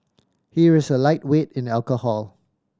he is a lightweight in alcohol